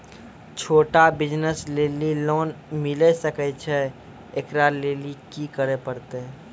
छोटा बिज़नस लेली लोन मिले सकय छै? एकरा लेली की करै परतै